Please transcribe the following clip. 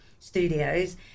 studios